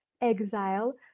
exile